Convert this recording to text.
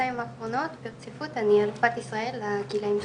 ובשנתיים האחרונות ברציפות אני אלופת ישראל לגילאים שלי.